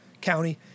county